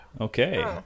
Okay